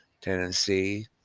Tennessee